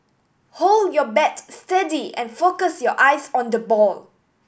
hold your bat steady and focus your eyes on the ball